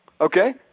Okay